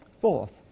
Fourth